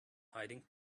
hiding